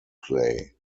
play